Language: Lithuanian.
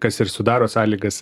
kas ir sudaro sąlygas